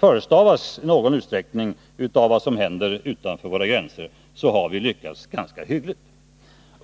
förestavas ju i någon utsträckning av vad som händer utanför våra gränser — har vi lyckats ganska hyggligt.